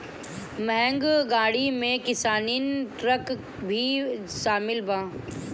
महँग गाड़ी में किसानी ट्रक भी शामिल बा